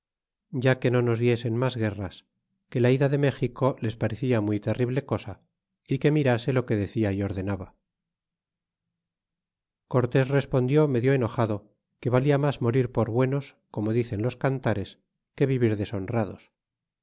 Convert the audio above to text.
ya que no nos diesen mas guerras que la ida de méxico les parecia muy terrible cosa y que mirase o que decia y ordenaba y cortés respondió medio enojado que valla mas morir por buenos como dicen los cantares que vivir deshonrados